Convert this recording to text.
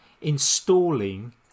installing